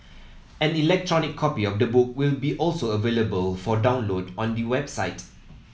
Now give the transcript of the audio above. an electronic copy of the book will be also available for download on the website